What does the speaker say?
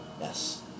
Yes